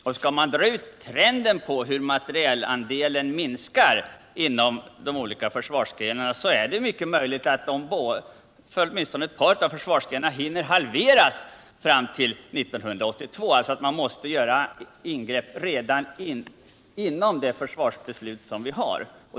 Om man ser på trenden för hur materielanslagsdelen minskar så finner man att det är mycket möjligt att anslagen för åtminstone ett par av försvarsgrenarna hinner halveras fram till 1982, om man inte gör ingrepp redan inom det försvarsbeslut som gäller.